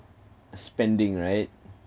spending right